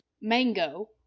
Mango